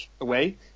away